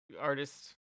artist